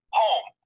home